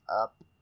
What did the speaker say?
up